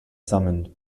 summoned